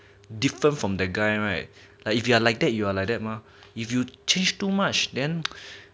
different from the guy right like if you are like that you are like that mah if you change too much then